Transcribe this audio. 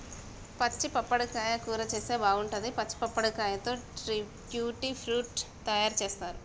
పచ్చి పప్పడకాయ కూర చేస్తే బాగుంటది, పచ్చి పప్పడకాయతో ట్యూటీ ఫ్రూటీ లు తయారు చేస్తారు